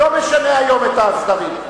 לא משנה היום את הסדרים.